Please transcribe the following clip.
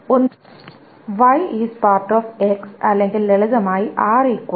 ഒന്നുകിൽ Y X അല്ലെങ്കിൽ ലളിതമായി R X Y